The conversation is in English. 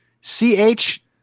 C-H